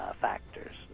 Factors